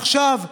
עכשיו,